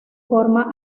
forma